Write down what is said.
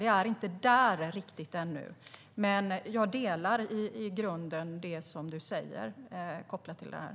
Vi är inte där riktigt ännu, men jag delar i grunden synen i det som du säger kopplat till detta.